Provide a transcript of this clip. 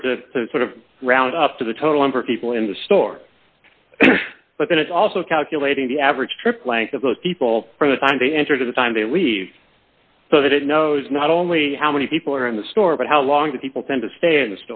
order to sort of round up to the total number of people in the store but then it's also calculating the average trip length of those people from the time they enter to the time they leave so that it knows not only how many people are in the store but how long the people tend to stay in the